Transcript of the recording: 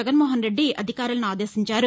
జగన్ మోహన్ రెద్ది అధికారులను ఆదేశించారు